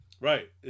Right